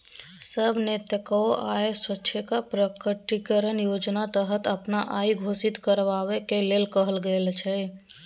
सब नेताकेँ आय स्वैच्छिक प्रकटीकरण योजनाक तहत अपन आइ घोषित करबाक लेल कहल गेल छै